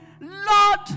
Lord